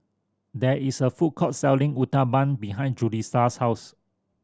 there is a food court selling Uthapam behind Julisa's house